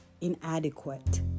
inadequate